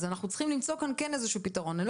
אז אנחנו צריכים למצוא כאן כן איזה שהוא פתרון ולא